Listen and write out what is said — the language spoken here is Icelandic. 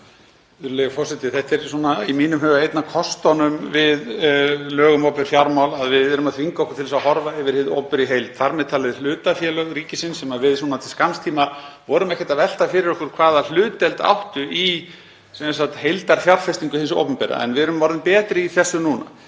Það er í mínum huga einn af kostunum við lög um opinber fjármál að við verðum að þvinga okkur til að horfa yfir hið opinbera í heild, þar með talið hlutafélög ríkisins sem við, til skamms tíma, vorum ekkert að velta fyrir okkur hvaða hlutdeild áttu í heildarfjárfestingu hins opinbera. En við erum orðin betri í þessu núna.